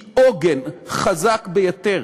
היא עוגן חזק ביותר,